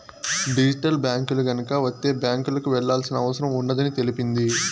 digital బ్యాంకులు గనక వత్తే బ్యాంకులకు వెళ్లాల్సిన అవసరం ఉండదని తెలిపింది